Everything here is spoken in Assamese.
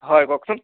হয় কওকচোন